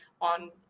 on